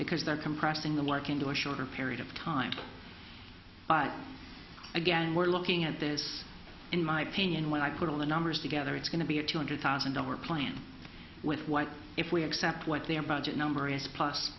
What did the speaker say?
they're compressing the like into a shorter period of time but again we're looking at this in my opinion when i put all the numbers together it's going to be a two hundred thousand dollars plan with what if we accept what their budget number is plus